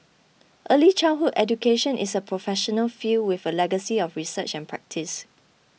early childhood education is a professional field with a legacy of research and practice